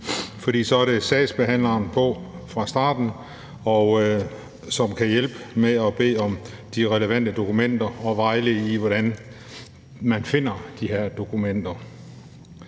for så er der en sagsbehandler på fra starten, som kan hjælpe med at bede om de relevante dokumenter og vejlede i, hvordan man finder de her dokumenter.